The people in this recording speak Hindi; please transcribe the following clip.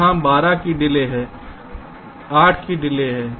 यहां 12 की डिले है 8 की डिलेहै